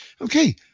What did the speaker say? Okay